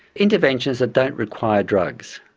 interventions that don't require drugs.